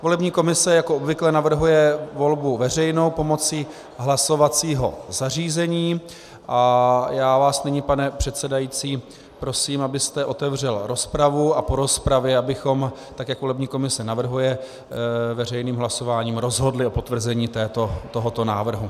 Volební komise jako obvykle navrhuje volbu veřejnou pomocí hlasovacího zařízení a já vás nyní, pane předsedající, prosím, abyste otevřel rozpravu a abychom po rozpravě, tak jak volební komise navrhuje, veřejným hlasováním rozhodli o potvrzení tohoto návrhu.